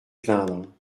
plaindre